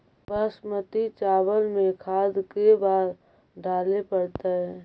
बासमती चावल में खाद के बार डाले पड़तै?